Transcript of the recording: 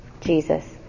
Jesus